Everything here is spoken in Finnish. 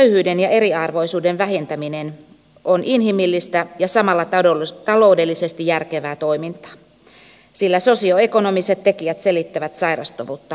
köyhyyden ja eriarvoisuuden vähentäminen on inhimillistä ja samalla taloudellisesti järkevää toimintaa sillä sosioekonomiset tekijät selittävät sairastavuutta huomattavan paljon